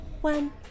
One